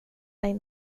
mig